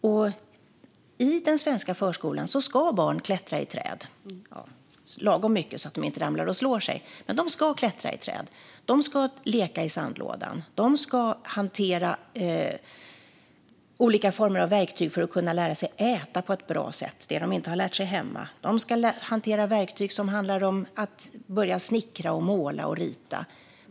I den svenska förskolan ska barn klättra i träd - ja, lagom mycket så att de inte ramlar ned och slår sig - leka i sandlådan, lära sig hantera matbestick, om de inte lärt sig det hemma, och pröva på att snickra, måla och rita.